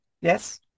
Yes